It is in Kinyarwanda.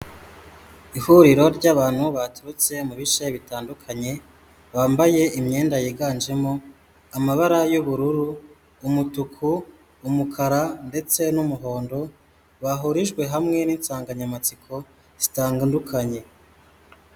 Ihuriro ry'abantu baturutse mu bice bitandukanye, bambaye imyenda yiganjemo amabara y'ubururu, umutuku, umukara, ndetse n'umuhondo, bahurijwe hamwe n'insanganyamatsiko zitandukanye.